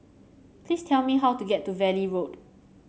please tell me how to get to Valley Road